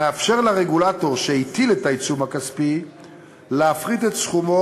המאפשר לרגולטור שהטיל את העיצום הכספי להפחית את סכומו